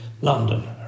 London